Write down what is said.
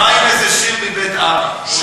מה עם איזה שיר מבית אבא או אימא?